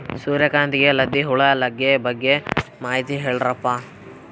ಸೂರ್ಯಕಾಂತಿಗೆ ಲದ್ದಿ ಹುಳ ಲಗ್ಗೆ ಬಗ್ಗೆ ಮಾಹಿತಿ ಹೇಳರಪ್ಪ?